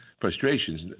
frustrations